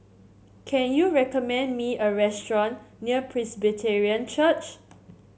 can you recommend me a restaurant near Presbyterian Church